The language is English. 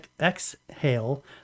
exhale